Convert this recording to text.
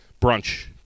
Brunch